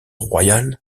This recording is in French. royal